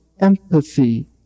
empathy